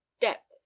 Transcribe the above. depth